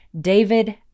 David